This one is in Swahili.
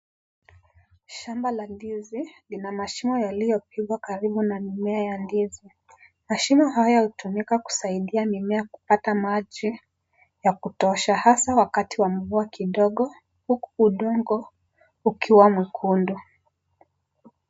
Shamba la ndizi. Ina mashimo yaliyopimwa karibu na mimea ya ndizi. Mashimo haya hutumika kusaidia mimea kupata maji ya kutosha, hasa wakati wa mvua kidogo. Huku udongo ukiwa mwekundu.